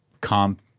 comp